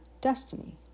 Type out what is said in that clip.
destiny